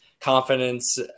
Confidence